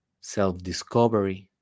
Self-discovery